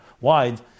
wide